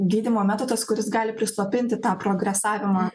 gydymo metodas kuris gali prislopinti tą progresavimą